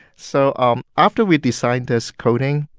so um after we designed this coating,